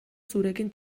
zurekin